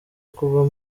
kuba